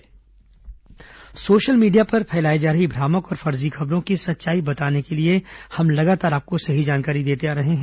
corona मरीज स्पष्टीकरण social media पर फैलाई जा रही भ्रामक और फर्जी खबरों की सच्चाई बताने के लिए हम लगातार आपको सही जानकारी देते आ रहे हैं